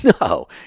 No